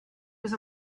was